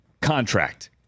contract